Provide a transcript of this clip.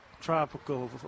tropical